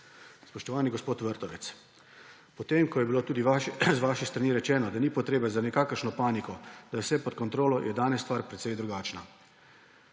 Spoštovani gospod Vrtovec, ko je bilo tudi iz vaše strani rečeno, da ni potrebe za nikakršno paniko, da je vse pod kontrolo, je danes stvar precej drugačna.